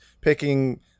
picking